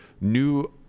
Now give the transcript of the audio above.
new